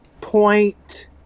point